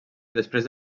després